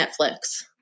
Netflix